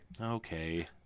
Okay